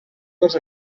dels